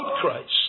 Christ